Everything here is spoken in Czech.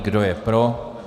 Kdo je pro?